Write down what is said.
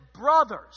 brothers